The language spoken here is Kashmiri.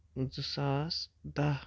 زٕ ساس دَہ